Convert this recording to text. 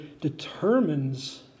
determines